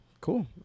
cool